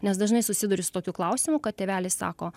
nes dažnai susiduriu su tokiu klausimu kad tėveliai sako